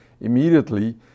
immediately